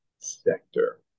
sector